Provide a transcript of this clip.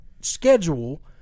schedule